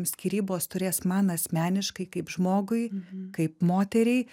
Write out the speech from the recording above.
skyrybos turės man asmeniškai kaip žmogui kaip moteriai